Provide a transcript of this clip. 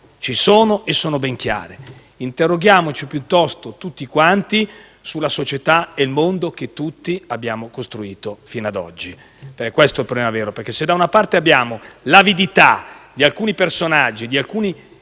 ci sono già e sono ben chiare. Interroghiamoci, piuttosto, tutti quanti sulla società e sul mondo che tutti abbiamo costruito fino a oggi. Questo è il problema vero. Da una parte vi è l'avidità di alcuni personaggi, che